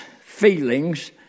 feelings